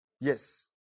Yes